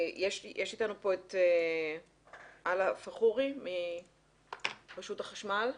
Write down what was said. נמצא אתנו ב-זום עלאא פחורי מרשות החשמל?